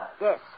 Yes